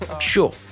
Sure